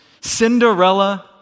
Cinderella